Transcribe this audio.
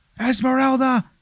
Esmeralda